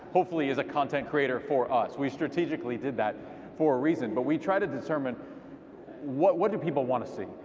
hopefully as a content creator for us. we strategically did that for a reason, but we try to determine what what do people want to see.